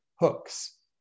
hooks